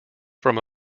from